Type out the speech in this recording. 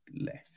left